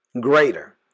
Greater